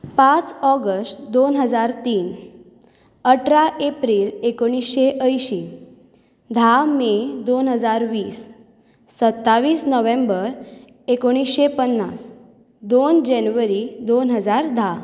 पांच ऑगस्ट दोन हजार तीन अठरा एप्रिल एकोणिशीं अंयशीं धा मे दोन हजार वीस सत्तावीस नोव्हेंबर एकोणिशें पन्नास दोन जनवरी दोन हजार धा